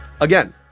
Again